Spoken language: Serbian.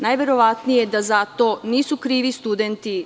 Najverovatnije da za to nisu krivi studenti.